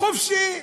חופשי.